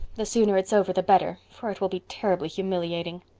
the sooner it's over the better, for it will be terribly humiliating.